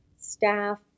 staff